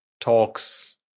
talks